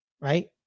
right